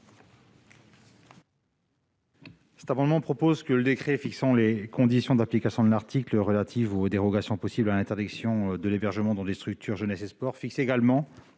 Merci